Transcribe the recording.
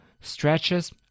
stretches